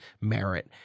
merit